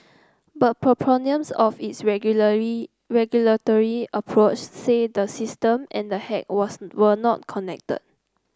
but of its ragulary regulatory approach say the system and the hack was were not connected